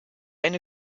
eine